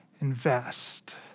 Invest